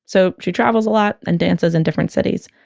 so she travels a lot and dances in different cities.